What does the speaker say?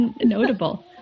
notable